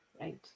right